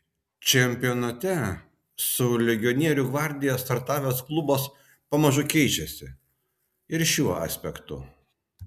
čempionate su legionierių gvardija startavęs klubas pamažu keičiasi ir šiuo aspektu